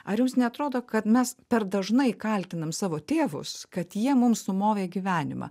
ar jums neatrodo kad mes per dažnai kaltinam savo tėvus kad jie mum sumovė gyvenimą